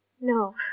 No